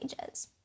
pages